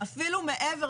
אפילו מעבר,